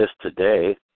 today